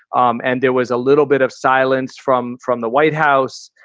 um and there was a little bit of silence from from the white house.